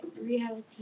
reality